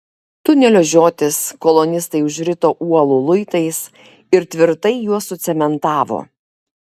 tunelio žiotis kolonistai užrito uolų luitais ir tvirtai juos sucementavo